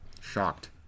Shocked